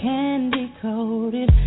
Candy-coated